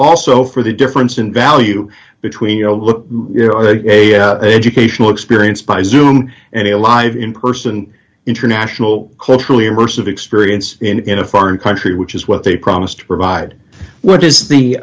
also for the difference in value between you know look a educational experience by zoom and a live in person international culturally immersive experience in a foreign country which is what they promised to provide what is the